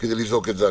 כדי לזעוק את זעקתם.